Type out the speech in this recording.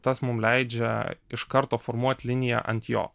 tas mum leidžia iš karto formuot liniją ant jo